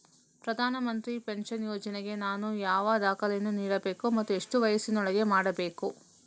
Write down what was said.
ಪ್ರಧಾನ ಮಂತ್ರಿ ಪೆನ್ಷನ್ ಯೋಜನೆಗೆ ನಾನು ಯಾವ ದಾಖಲೆಯನ್ನು ನೀಡಬೇಕು ಮತ್ತು ಎಷ್ಟು ವಯಸ್ಸಿನೊಳಗೆ ಮಾಡಬೇಕು?